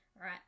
Right